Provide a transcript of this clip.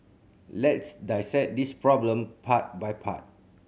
let's dissect this problem part by part